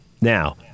Now